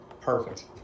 perfect